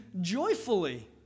joyfully